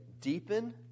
deepen